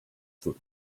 foot